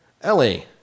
Ellie